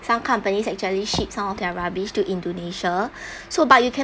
some companies actually ship some of their rubbish to indonesia so but you cannot